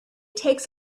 takes